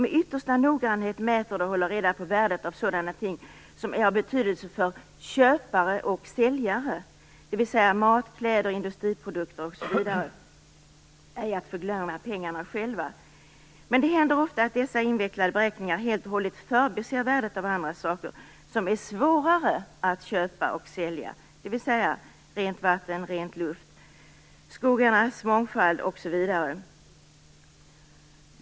Med yttersta noggrannhet mäter det och håller reda på värdet av sådana ting som är av betydelse för köpare och säljare: mat, kläder, industriprodukter, arbete och, ej att förglömma, pengarna själva. Men det händer ofta att dess invecklade beräkningar helt och hållet förbiser värdet av andra saker, sådant som är svårare att köpa och sälja: drickbart vatten, ren luft, bergens skönhet, skogarnas myllrande mångfald av liv, för att bara nämna några.